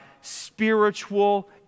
spiritual